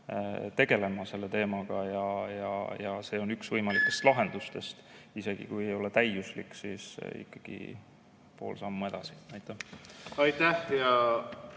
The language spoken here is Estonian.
teemaga tegelema ja see on üks võimalikest lahendustest. Isegi kui see ei ole täiuslik, siis ikkagi pool sammu edasi. Aitäh!